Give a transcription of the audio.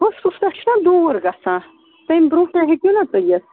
فٔسٹَس پٮ۪ٹھ چھُنا دوٗر گَژھان تیٚمہِ برٛونٛٹھٕے ہیٚکِو نا تُہۍ یِتھ